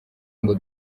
ngo